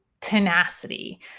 tenacity